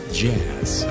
jazz